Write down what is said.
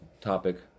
topic